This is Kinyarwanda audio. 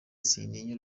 sintinya